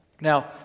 Now